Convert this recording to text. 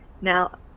Now